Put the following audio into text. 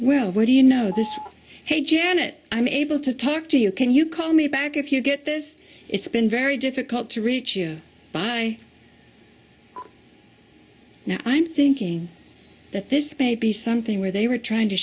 well where do you know this hate janet i'm able to talk to you can you call me back if you get this it's been very difficult to reach you by now i'm thinking that this baby something where they were trying to